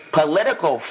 political